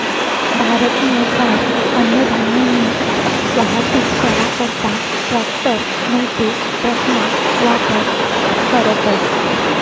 भारतमझार अन्नधान्यनी वाहतूक करा करता ट्रॅकटर नैते ट्रकना वापर करतस